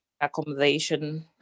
accommodation